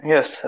Yes